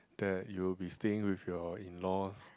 that you will be staying with your in-laws